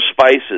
spices